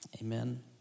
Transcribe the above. Amen